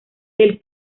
del